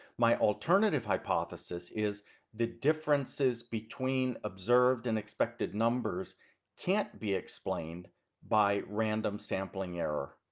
my alternative hypothesis is the differences between observed and expected numbers can't be explained by random sampling error.